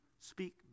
speak